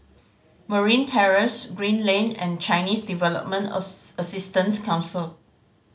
Marine Terrace Green Lane and Chinese Development Assistance Council